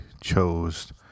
chose